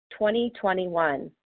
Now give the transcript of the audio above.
2021